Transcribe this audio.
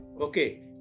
Okay